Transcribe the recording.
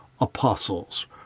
apostles